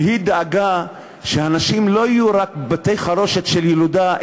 והיא דאגה שהנשים לא יהיו רק בתי-חרושת של ילודה,